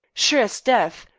sure as death,